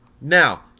Now